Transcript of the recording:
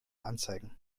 anzeigen